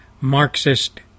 Marxist